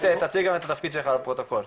רק תציג גם את תפקידך לפרוטוקול.